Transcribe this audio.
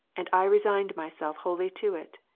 and i resigned myself wholly to it?